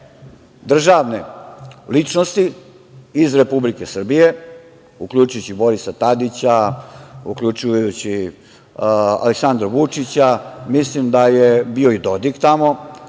državne ličnosti iz Republike Srbije, uključujući i Borisa Tadića, uključujući Aleksandra Vučića, mislim da je bio i Dodik tamo,